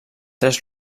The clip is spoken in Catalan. tres